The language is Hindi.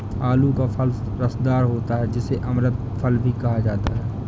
आलू का फल रसदार होता है जिसे अमृत फल भी कहा जाता है